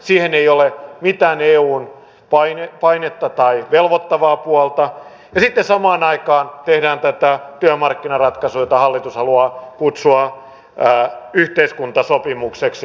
siihen ei ole mitään eun painetta tai velvoittavaa puolta ja sitten samaan aikaan tehdään tätä työmarkkinaratkaisua jota hallitus haluaa kutsua yhteiskuntasopimukseksi